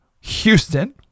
Houston